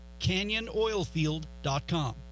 canyonoilfield.com